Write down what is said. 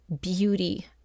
beauty